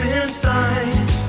inside